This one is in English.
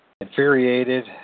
Infuriated